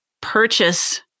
purchase